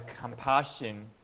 compassion